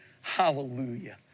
hallelujah